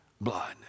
blood